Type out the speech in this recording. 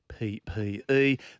PPE